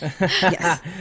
Yes